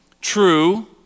true